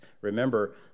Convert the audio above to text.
Remember